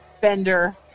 fender